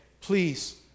Please